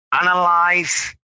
analyze